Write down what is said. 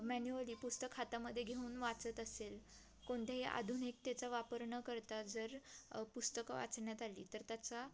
manually पुस्तक हातामध्ये घेऊन वाचत असेल कोणत्याही आधुनिकतेचा वापर न करता जर पुस्तकं वाचण्यात आली तर त्याचा